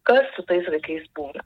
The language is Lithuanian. kas su tais vaikais būna